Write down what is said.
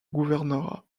gouvernorat